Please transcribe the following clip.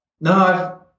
no